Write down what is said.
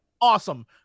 awesome